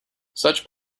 such